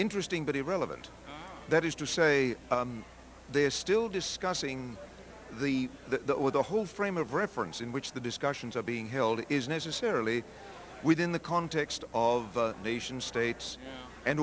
interesting but irrelevant that is to say they are still discussing the the the whole frame of reference in which the discussions are being held is necessarily within the context of nation states and